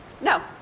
No